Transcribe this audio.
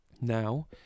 Now